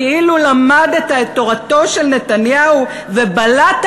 כאילו למדת את תורתו של נתניהו ובלעת